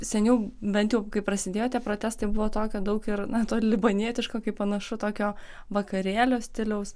seniau bent jau kai prasidėjo tie protestai buvo tokio daug ir na to libanietiško kaip panašu tokio vakarėlio stiliaus